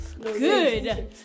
good